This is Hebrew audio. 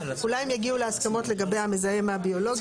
אולי הם יגיעו להסכמות לגבי המזהם הביולוגי.